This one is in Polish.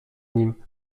nim